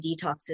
detoxes